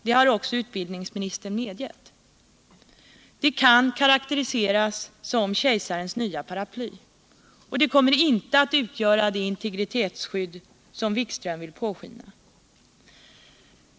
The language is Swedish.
Det har också utbildningsministern medgivit. Det kan karakteriseras som ”kejsarens nya paraply”. Och det kommer inte att utgöra det integritetsskydd som Jan-Erik Wikström vill påskina.